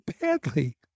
badly